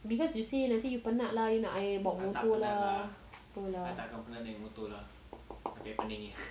because you say nanti you penat lah you nak I bawa motor lah apa lah